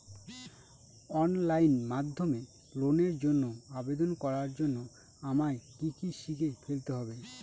Online মাধ্যমে লোনের জন্য আবেদন করার জন্য আমায় কি কি শিখে ফেলতে হবে?